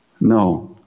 no